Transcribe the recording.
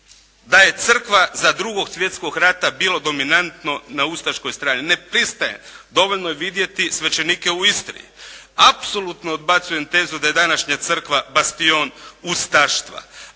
da je Crkva za drugog svjetskog rata bilo dominantno na ustaškoj strani, ne pristajem. Dovoljno je vidjeti svećenike u Istri. Apsolutno odbacujem tezu da je današnja Crkva bastion ustaštva.